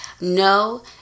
No